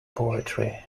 poetry